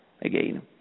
again